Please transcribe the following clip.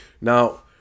Now